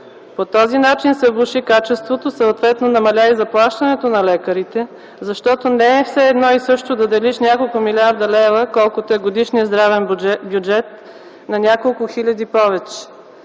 По този начин се влоши качеството, съответно намаля и заплащането на лекарите, защото не е все едно и също да делиш няколко милиарда лева, колкото е годишният здравен бюджет, на няколко хиляди повече.